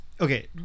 Okay